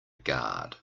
guard